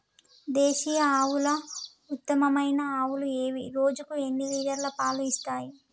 దేశీయ ఆవుల ఉత్తమమైన ఆవులు ఏవి? రోజుకు ఎన్ని లీటర్ల పాలు ఇస్తాయి?